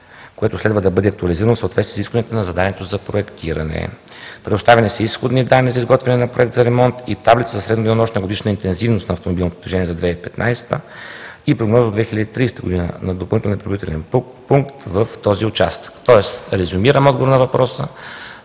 който следва да бъде актуализиран в съответствие с изискванията на заданието за проектиране. Предоставени са изходни данни за изготвяне на проект за ремонт и таблица за средноденонощна и годишна интензивност на автомобилното движение за 2015 г. и прогноза до 2030 г. на допълнителен пункт в този участък. Тоест резюмирам отговора на въпроса